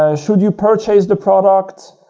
ah should you purchase the product